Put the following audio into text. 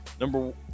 number